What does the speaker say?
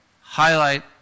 highlight